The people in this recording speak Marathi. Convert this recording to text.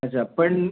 अच्छा पण